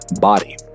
body